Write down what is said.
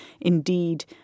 Indeed